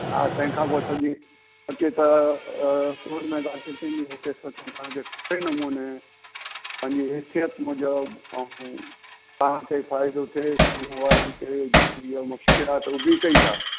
हा तंहिं खां पोइ सॼी हुते त कोट में दाख़िल थींदी हूते केस हुतां जे सुठे नमूने पंहिंजी हैसियत मुंहिंजो ऐं तव्हांखे फ़ाइदो थिए साम्हूं वारनि खे जे इहा मुश्किल आहे त उहा बि सही आहे